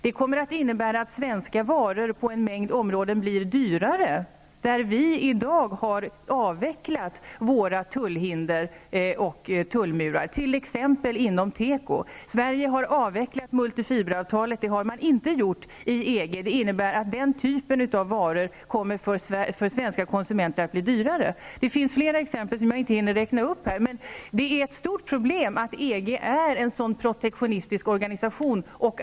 Det kommer att innebära att svenska varor kommer att bli dyrare på en mängd områden där vi avvecklat våra tullhinder och tullmurar, t.ex. inom tekoområdet. Sverige har avvecklat multifiberavtalet, men det har man inte gjort inom EG. Det innebär att den typen av varor kommer att bli dyrare för svenska konsumenter. Det finns fler exempel som jag inte hinner räkna upp. Det är ett stort problem att EG är en så protektionistisk organisation.